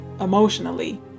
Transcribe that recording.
emotionally